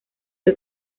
que